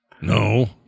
no